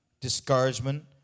discouragement